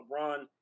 LeBron